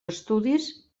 estudis